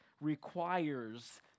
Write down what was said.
requires